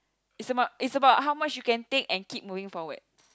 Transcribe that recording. it's about it's about how much you can take and keep moving forward